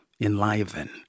enliven